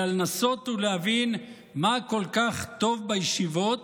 אלא לנסות ולהבין מה כל כך טוב בישיבות